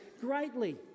greatly